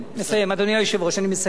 אדוני היושב-ראש, אני מסיים.